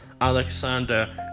alexander